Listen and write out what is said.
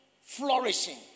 flourishing